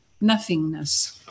nothingness